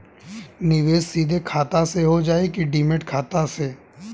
निवेश सीधे खाता से होजाई कि डिमेट खाता से?